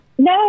No